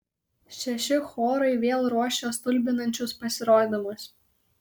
šeši chorai vėl ruošia stulbinančius pasirodymus